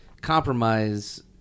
compromise